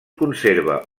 conserva